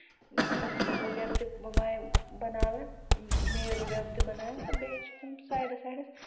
سَبزی وغیرٕ تہِ بَناون میوٕ ویوٕ تہِ بَناون تہٕ بیٚیہِ چھِ تِم سایڈَس سایڈس